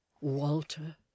Walter